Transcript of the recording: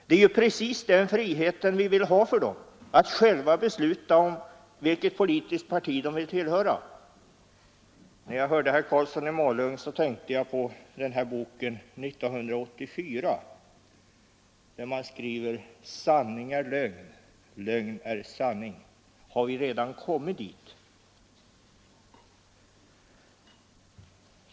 Det är ju precis den friheten vi vill att de skall ha, nämligen att själva kunna besluta om vilket politiskt parti de vill tillhöra. När jag hörde herr Karlsson i Malung tänkte jag på boken ”1984”, där man skriver: ”Sanning är lögn. Lögn är sanning.” Har vi redan kommit dit?